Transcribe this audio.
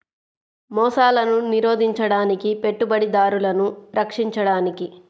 మోసాలను నిరోధించడానికి, పెట్టుబడిదారులను రక్షించడానికి